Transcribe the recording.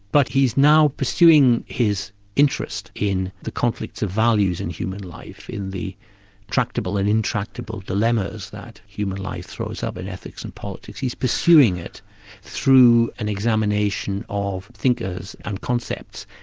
but he's now pursuing his interest in the conflicts of values in human life, in the tractable and intractable dilemmas that human life throws up in ethics and politics. he's pursuing it through an examination of thinkers and concepts,